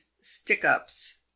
stick-ups